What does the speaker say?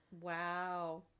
Wow